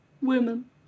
Women